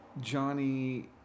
johnny